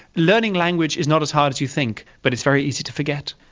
learning language is not as hard as you think but it's very easy to forget.